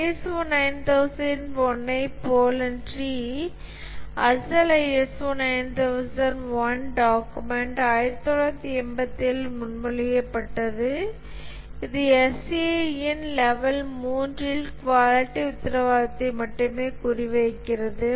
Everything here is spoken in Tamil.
ISO9001 ஐப் போலன்றி அசல் ISO 9001 டாக்குமெண்ட் 1987 இல் முன்மொழியப்பட்டது இது SEI இன் லெவல் 3 இல் குவாலிட்டி உத்தரவாதத்தை மட்டுமே குறிவைக்கிறது